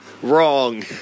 Wrong